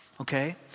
okay